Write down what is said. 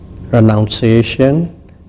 Renunciation